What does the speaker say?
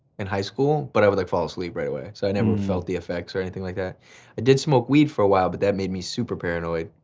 in high school, but i would like fall asleep right away. so i never felt the effects or anything like that. i did smoke weed for a while, but that made me super paranoid,